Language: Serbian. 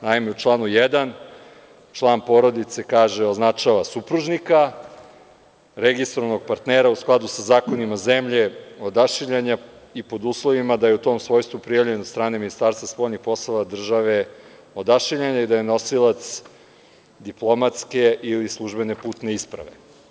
Naime, u članu 1. član porodice kaže - označava supružnika, registrovanog partnera u skladu sa zakonima zemlje odašiljanja i pod uslovima da je u tom svojstvu prijavljen od strane ministarstva stranih poslova države odašiljanja i da je nosilac diplomatske ili službene putne isprave.